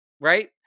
right